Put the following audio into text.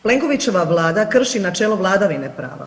Plenkovićeva Vlada krši načelo vladavine prava.